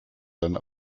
dann